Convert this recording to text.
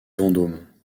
vendôme